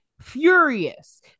Furious